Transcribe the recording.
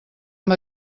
amb